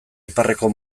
iparreko